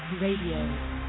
Radio